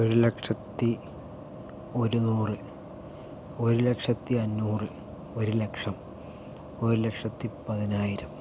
ഒരു ലക്ഷത്തി ഒരുനൂറ് ഒരു ലക്ഷത്തി അഞ്ഞൂറ് ഒരു ലക്ഷം ഒരു ലക്ഷത്തി പതിനായിരം